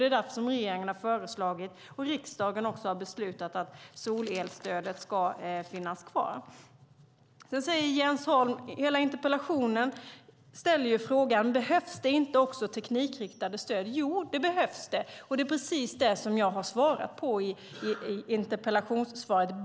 Det är därför regeringen har föreslagit och riksdagen beslutat att solelsstödet ska finnas kvar. Jens Holm ställer i sin interpellation frågan om det inte också behövs teknikriktade stöd. Jo, det behövs sådana, och det har jag sagt i interpellationssvaret.